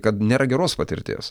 kad nėra geros patirties